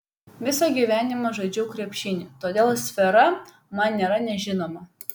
visą gyvenimą žaidžiau krepšinį todėl sfera man nėra nežinoma